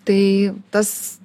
tai tas